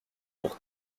pour